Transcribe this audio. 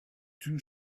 two